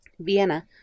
Vienna